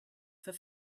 for